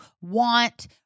want